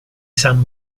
san